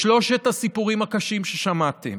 בשלושת הסיפורים הקשים ששמעתם,